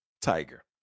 Tiger